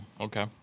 okay